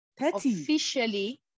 officially